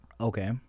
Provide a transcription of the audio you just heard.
Okay